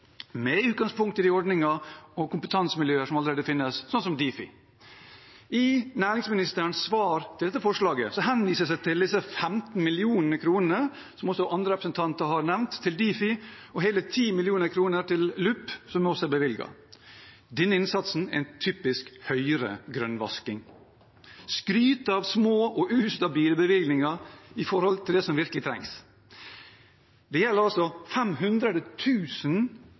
med utgangspunkt i de ordningene og kompetansemiljøene som allerede finnes, som Difi. I næringsministerens svar på dette forslaget henvises det til 15 mill. kr til Difi – som også andre representanter har nevnt – og hele 10 mill. kr til LUP, som også er blitt bevilget. Denne innsatsen er en typisk Høyre-grønnvasking: Man skryter av små og ustabile bevilgninger, i stedet for å gjøre det som virkelig trengs. Dette gjelder altså